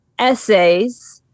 essays